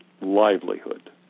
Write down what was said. Livelihood